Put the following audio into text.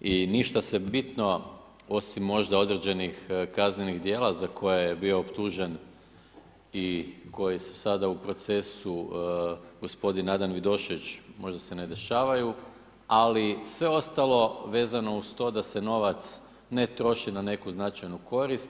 i ništa se bitno, osim možda određenih kaznenih dijela za koje je bio optužen i koje su sada u procesu, gospodin Nadan Vidošević, možda se ne dešavaju, ali sve ostalo vezano uz to da se novac ne troši na neku značajnu korist.